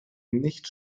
nicht